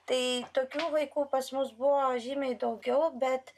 tai tokių vaikų pas mus buvo žymiai daugiau bet